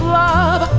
love